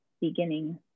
beginning